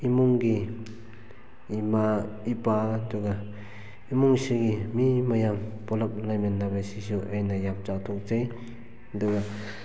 ꯏꯃꯨꯡꯒꯤ ꯏꯃꯥ ꯏꯄꯥ ꯑꯗꯨꯒ ꯏꯃꯨꯡꯁꯤꯒꯤ ꯃꯤ ꯃꯌꯥꯝ ꯄꯨꯂꯞ ꯂꯩꯃꯤꯟꯅꯕꯁꯤꯁꯨ ꯑꯩꯅ ꯌꯥꯝ ꯆꯥꯎꯊꯣꯛꯆꯩ ꯑꯗꯨꯒ